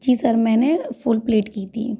जी sir मैंने uh full plate की थी